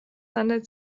handelt